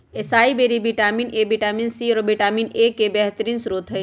असाई बैरी vitamin A, vitamin C, और vitamin E के बेहतरीन स्त्रोत हई